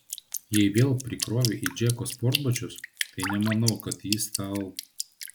jei vėl prikrovei į džeko sportbačius tai nemanau kad jis tau